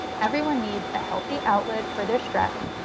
everyone needs a healthy outlet for their stress,